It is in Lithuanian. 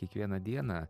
kiekvieną dieną